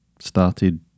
started